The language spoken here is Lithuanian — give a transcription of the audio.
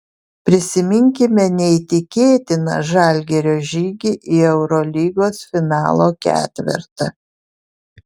prisiminkime neįtikėtiną žalgirio žygį į eurolygos finalo ketvertą